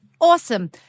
Awesome